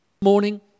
Morning